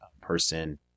person